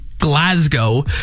Glasgow